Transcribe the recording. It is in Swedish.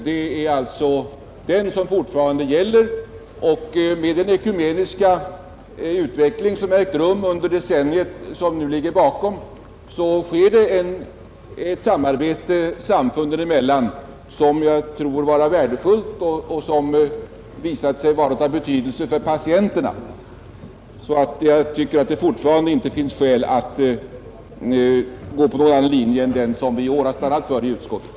Det är den bestämmelsen som fortfarande gäller. Den ekumeniska utveckling som ägt rum under det gångna decenniet har varit sådan att det sker ett samarbete mellan samfunden, som jag tror är värdefullt och som har visat sig vara av betydelse för patienterna. Jag tycker därför att det alltjämt saknas skäl för att gå på någon annan linje än den som vi i år har stannat för i utskottet.